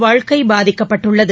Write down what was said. வாழ்க்கை பாதிக்கப்பட்டுள்ளது